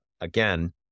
again